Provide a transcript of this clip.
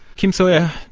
kim sawyer,